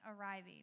arriving